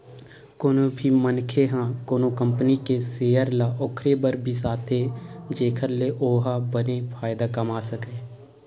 कोनो भी मनखे ह कोनो कंपनी के सेयर ल ओखरे बर बिसाथे जेखर ले ओहा बने फायदा कमा सकय